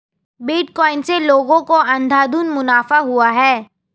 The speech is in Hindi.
बिटकॉइन से लोगों को अंधाधुन मुनाफा हुआ है